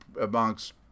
amongst